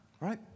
Right